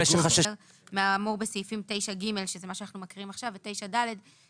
במשך שש השנים הוא יזכה לזכאות לפי מה שכתוב בחוק.